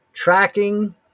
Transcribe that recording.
Tracking